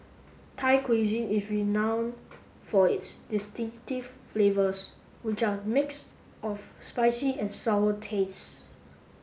Thai Cuisine is renowned for its distinctive flavours which are mix of spicy and sour tastes